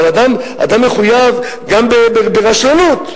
אבל אדם מחויב גם ברשלנות,